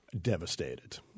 Devastated